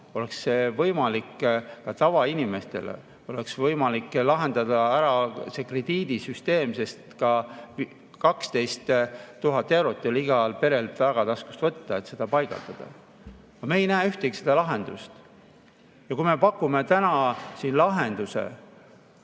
oleks võimalik ka tavainimestel. Oleks võimalik lahendada ära see krediidisüsteem, sest ka 12 000 eurot ei ole igal perel tagataskust võtta, et neid paigaldada. Me ei näe ühtegi lahendust. Ja meie pakume täna siin lahenduse,